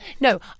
no